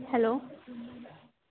hello